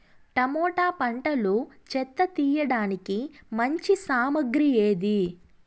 Tomato పంటలో చెత్త తీయడానికి మంచి సామగ్రి ఏది?